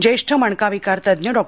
ज्येष्ठ मणकाविकार तज्ज्ञ डॉ